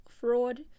fraud